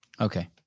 Okay